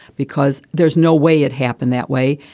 because there's no way it happened that way.